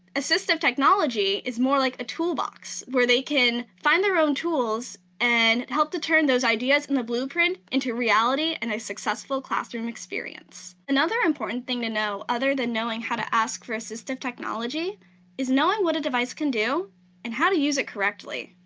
assistive technology is more like a tool box where they can find their own tools and help to turn those ideas in the blueprint into reality and a successful classroom experience. another important thing to know other than knowing how to ask for assistive technology is knowing what a device can do and how to use it correctly.